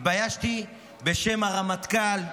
התביישתי בשם הרמטכ"ל,